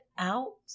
out